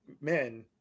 men